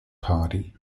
party